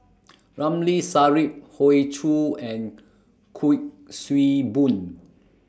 Ramli Sarip Hoey Choo and Kuik Swee Boon